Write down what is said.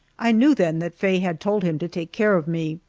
i knew then that faye had told him to take care of me.